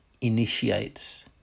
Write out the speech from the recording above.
initiates